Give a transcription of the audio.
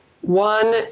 One